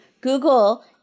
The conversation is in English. Google